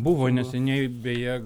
buvo neseniai beje